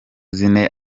zine